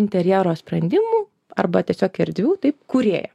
interjero sprendimų arba tiesiog erdvių taip kūrėja